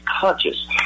conscious